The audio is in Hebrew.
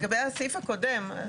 לגבי הסעיף הקודם,